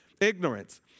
ignorance